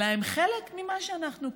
אלא הם חלק ממה שאנחנו.